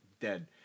dead